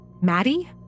Maddie